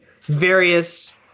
various